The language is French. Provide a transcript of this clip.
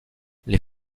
les